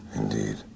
Indeed